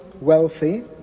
wealthy